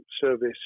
service